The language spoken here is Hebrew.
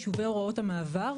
יישובי הוראות המעבר,